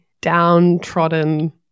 downtrodden